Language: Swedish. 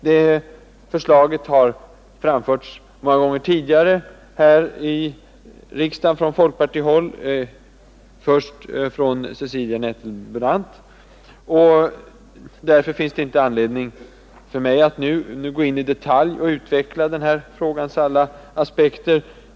Det förslaget har framförts många gånger tidigare här i riksdagen från folkpartiet — först av Cecilia Nettelbrandt — och därför finns det inte anledning för mig att nu gå in i detalj och utveckla den här frågans alla aspekter.